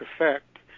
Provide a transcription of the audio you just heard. effect